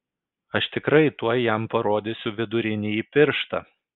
aš tikrai tuoj jam parodysiu vidurinįjį pirštą